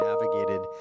navigated